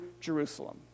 Jerusalem